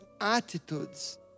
attitudes